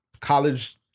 college